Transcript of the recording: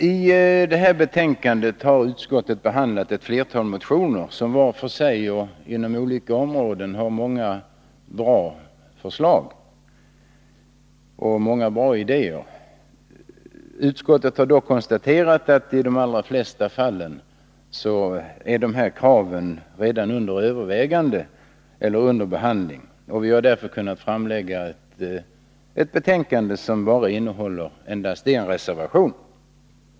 I detta betänkande har utskottet behandlat ett flertal motioner, som var för sig och inom olika områden har många bra förslag och idéer. Utskottet har dock konstaterat att i de allra flesta fallen är dessa krav redan under övervägande eller under behandling. Vi har därför kunnat framlägga ett betänkande som innehåller endast en reservation.